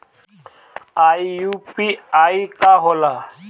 ई यू.पी.आई का होला?